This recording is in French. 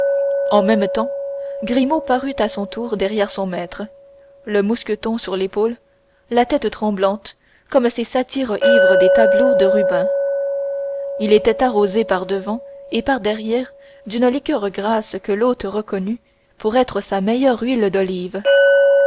en même temps grimaud parut à son tour derrière son maître le mousqueton sur l'épaule la tête tremblante comme ces satyres ivres des tableaux de rubens il était arrosé par-devant et parderrière d'une liqueur grasse que l'hôte reconnut pour être sa meilleure huile d'olive